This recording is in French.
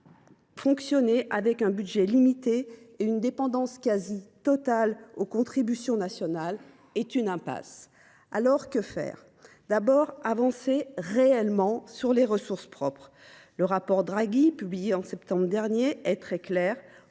fonctionner avec un budget limité et une dépendance quasi totale aux contributions nationales nous conduit à l’impasse. Aussi, que faire ? Tout d’abord, avancer réellement sur les ressources propres. Le rapport Draghi, publié en septembre dernier, est très clair